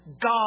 God